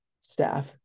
staff